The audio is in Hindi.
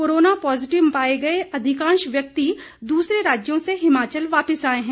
कोरोना पॉजिटिव पाए गए अधिकांश व्यक्ति दूसरे राज्यों से हिमाचल वापिस आए हैं